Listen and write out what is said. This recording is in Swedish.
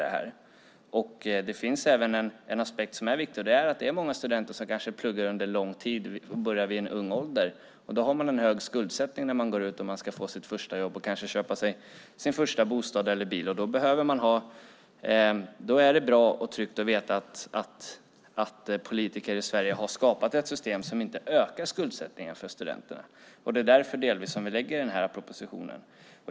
Det finns även en aspekt som är viktig, och det är att det är många studenter som kanske börjar vid ung ålder och pluggar under lång tid. Då har man en hög skuldsättning när man går ut och ska få sitt första jobb och kanske köpa sig sin första bostad eller bil. Då är det bra och tryggt att veta att politiker i Sverige har skapat ett system som inte ökar skuldsättningen för studenter. Det är delvis därför vi lägger fram denna proposition.